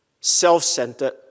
self-centered